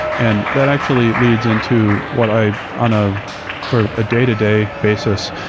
and that actually leads into what i on ah sort of a day-to-day basis,